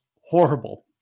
horrible